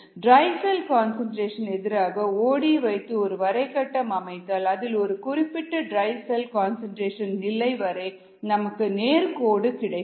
try cell concentration க்கு எதிராக ஓடி வைத்து ஒரு வரைகட்டம் அமைத்தால் அதில் ஒரு குறிப்பிட்ட ட்ரை செல் கன்சன்ட்ரேஷன் நிலை வரை நமக்கு நேர்கோடு கிடைக்கும்